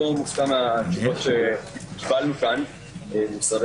אני לא מופתע מהתגובות שקיבלנו כאן ממשרדי